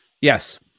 Yes